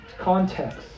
context